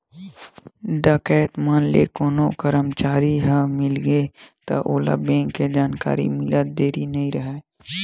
डकैत मन ले कोनो करमचारी ह मिलगे त ओला बेंक के जानकारी मिलत देरी नइ राहय